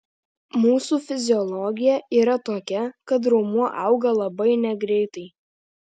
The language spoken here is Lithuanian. mūsų fiziologija yra tokia kad raumuo auga labai negreitai